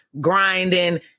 grinding